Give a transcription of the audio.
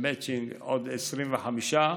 במצ'ינג, עוד 25%,